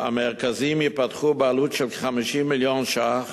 המרכזים ייפתחו בעלות של כ-50 מיליון ש"ח,